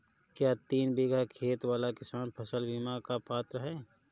क्या तीन बीघा खेत वाला किसान फसल बीमा का पात्र हैं?